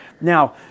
Now